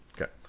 okay